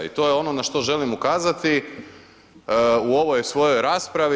I to je ono na što želim ukazati u ovoj svojoj raspravi.